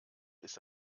ist